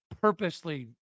purposely